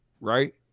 right